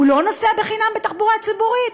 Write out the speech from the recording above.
הוא לא נוסע בחינם בתחבורה ציבורית?